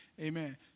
Amen